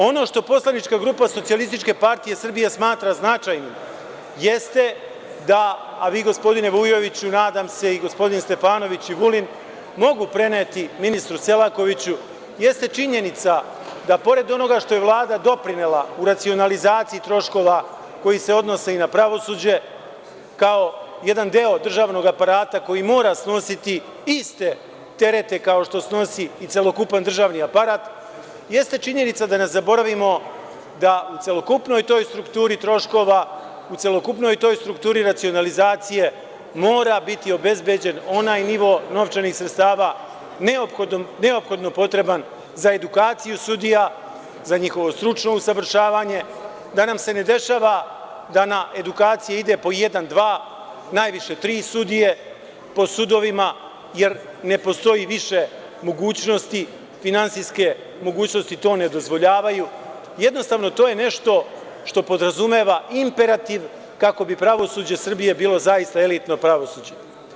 Ono što poslanička grupa SPS smatra značajnim, jeste da, a vi gospodine Vujoviću, a nadam se i gospodin Stefanović i Vulin, mogu preneti ministru Selakoviću, jeste činjenica da pored onoga što je Vlada doprinela u racionalizaciji troškova koji se odnose i na pravosuđe kao jedan deo državnog aparata koji mora snositi iste terete, kao što snosi i celokupan državni aparat, jeste činjenica da ne zaboravimo da u celokupnoj toj strukturi troškova, u celokupnoj toj strukturi racionalizacije mora biti obezbeđen onaj nivo novčanih sredstava neophodno potreban za edukaciju sudija, za njihovo stručno usavršavanje, da nam se ne dešava da na edukacije ide po jedan, dva, najviše tri sudije po sudovima, jer ne postoji više mogućnosti, finansijske mogućnosti to ne dozvoljavaju, to je nešto što podrazumeva imperativ kako bi pravosuđe Srbije bilo zaista elitno pravosuđe.